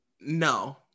no